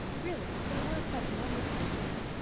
really, they were quite wonderfully pretty.